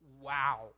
wow